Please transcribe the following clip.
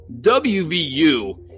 WVU